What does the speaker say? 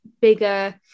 bigger